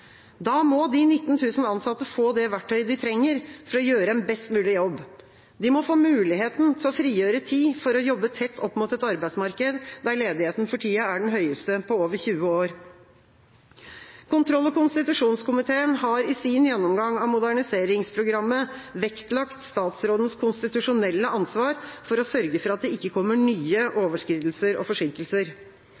Da må de 19 000 ansatte få det verktøyet de trenger for å gjøre en best mulig jobb. De må få muligheten til å frigjøre tid for å jobbe tett opp mot et arbeidsmarked der ledigheten for tida er den høyeste på over 20 år. Kontroll- og konstitusjonskomiteen har i sin gjennomgang av Moderniseringsprogrammet vektlagt statsrådens konstitusjonelle ansvar for å sørge for at det ikke kommer nye